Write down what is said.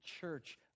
church